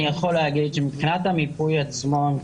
אני יכול להגיד שמבחינת המיפוי עצמו,